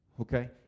Okay